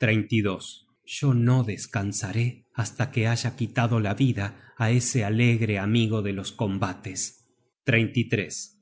de hoenio yo no descansaré hasta que haya quitado la vida á ese alegre amigo de los combates